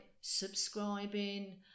subscribing